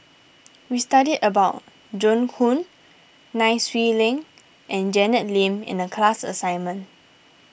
we studied about Joan Hon Nai Swee Leng and Janet Lim in the class assignment